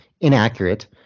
inaccurate